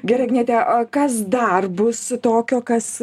gerai agniete a kas dar bus tokio kas